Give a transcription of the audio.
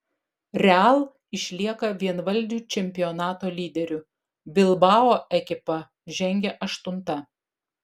real išlieka vienvaldžiu čempionato lyderiu bilbao ekipa žengia aštunta